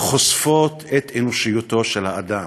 חושפות את אנושיותו של האדם,